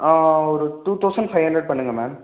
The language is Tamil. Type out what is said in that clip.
ஆ ஒரு டூ தெளசண்ட் ஃபைவ் ஹண்ட்ரட் பண்ணுங்கள் மேம்